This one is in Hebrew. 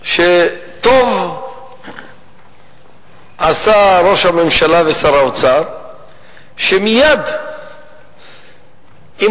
שטוב עשו ראש הממשלה ושר האוצר שמייד עם